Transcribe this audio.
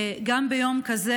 גם ביום כזה,